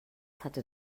hatte